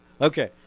Okay